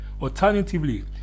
Alternatively